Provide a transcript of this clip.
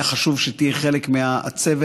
היה חשוב שתהיה חלק מהצוות,